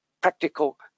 practical